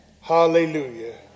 Hallelujah